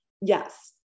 Yes